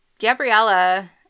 Gabriella